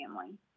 family